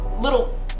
Little